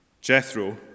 Jethro